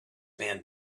man